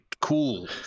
cool